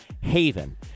haven